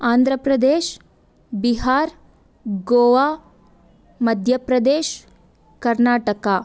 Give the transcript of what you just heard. Andhra Pradesh Bihar Goa Madhya Pradesh Karnataka